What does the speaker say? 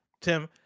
Tim